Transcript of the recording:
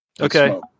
Okay